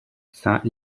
saint